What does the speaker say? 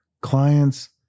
Clients